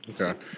Okay